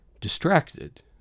distracted